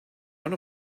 one